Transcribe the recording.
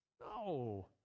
No